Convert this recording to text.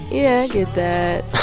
yeah, i get that